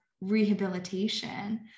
rehabilitation